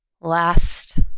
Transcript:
last